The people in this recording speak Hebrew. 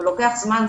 אבל זה לוקח זמן.